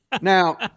Now